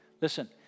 Listen